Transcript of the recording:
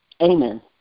Amen